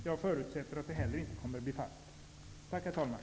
Jag förutsätter att det inte heller kommer att genomföras. Tack, herr talman.